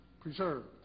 preserved